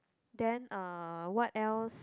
then uh what else